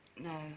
no